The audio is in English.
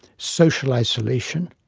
social isolation,